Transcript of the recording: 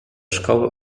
szkoły